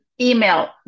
email